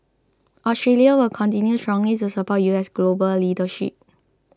Australia will continue strongly to support U S global leadership